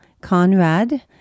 Conrad